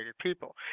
people